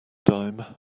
dime